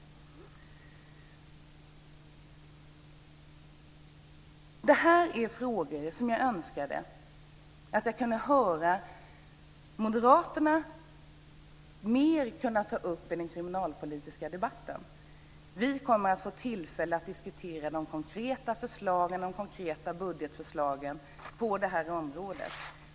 Detta är frågor som jag önskar att jag kunde höra moderaterna ta upp mer i den kriminalpolitiska debatten. Vi kommer att få tillfälle att diskutera de konkreta budgetförslagen på detta området.